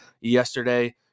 yesterday